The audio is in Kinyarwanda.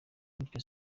gutyo